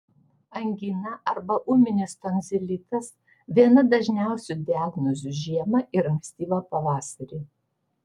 angina arba ūminis tonzilitas viena dažniausių diagnozių žiemą ir ankstyvą pavasarį